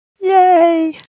Yay